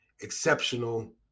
exceptional